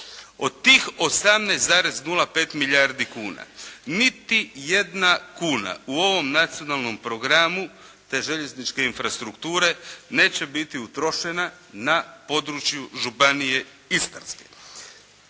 Od tih 18,05 milijardi kuna niti jedna kuna u ovom nacionalnom programu te željezničke infrastrukture neće biti utrošena na području Županije Istarske.